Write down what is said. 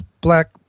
black